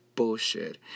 bullshit